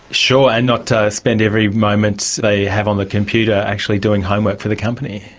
sure, and not ah spend every moment they have on the computer actually doing homework for the company.